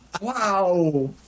Wow